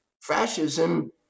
Fascism